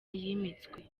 yimitswe